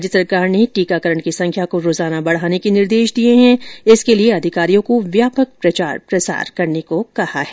राज्य सरकार ने टीकाकरण की संख्या को रोजाना बढ़ाने के निर्देश दिए है इसके लिए अधिकारियों को व्यापक प्रचार प्रसार करने को कहा है